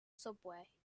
subway